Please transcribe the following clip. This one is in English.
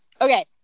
Okay